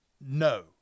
no